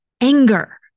anger